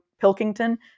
Pilkington